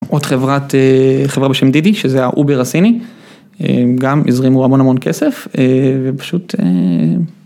עוד חברה בשם דידי, שזה האובר הסיני, גם הזרימו הוא המון המון כסף, ופשוט